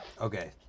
Okay